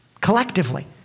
Collectively